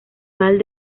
mal